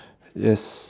yes